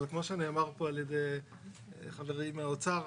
כמו שנאמר פה על ידי חברי מהאוצר,